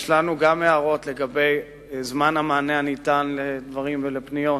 יש לנו גם הערות לגבי זמן המענה הניתן לדברים ולפניות,